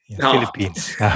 Philippines